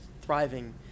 thriving